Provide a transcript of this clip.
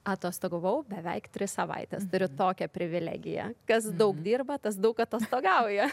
atostogavau beveik tris savaites turiu tokią privilegiją kas daug dirba tas daug atostogauja